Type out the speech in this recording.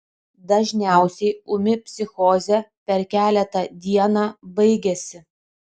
dažniausiai ūmi psichozė per keletą dieną baigiasi